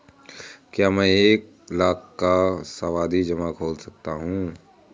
क्या मैं एक लाख का सावधि जमा खोल सकता हूँ?